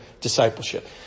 discipleship